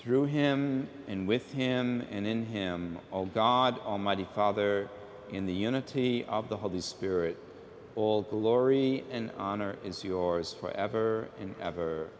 through him in with him and in him oh god almighty father in the unity of the holy spirit all glory and honor is yours forever and ever